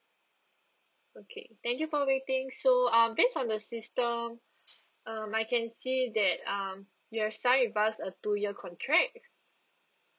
okay thank you for waiting so uh base on the system uh I can see that um you've sign with us a two year contract